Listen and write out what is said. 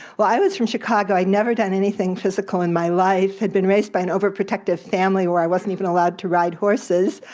well, i was from chicago. i'd never done anything physical in my life, had been raised by an overprotective family where i wasn't even allowed to ride horses,